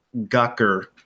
Gucker